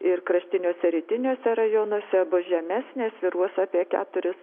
ir kraštiniuose rytiniuose rajonuose bus žemesnė svyruos apie keturis